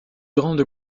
grande